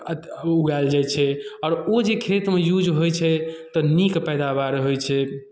उगायल जाइत छै आओर ओ जे खेतमे यूज होइ छै तऽ नीक पैदावार होइ छै